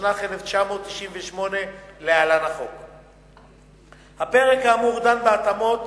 התשנ"ח 1998. הפרק האמור דן בהתאמות